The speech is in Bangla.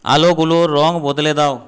আলোগুলোর রং বদলে দাও